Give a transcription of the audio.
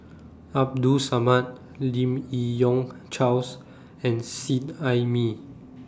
Abdul Samad Lim Yi Yong Charles and Seet Ai Mee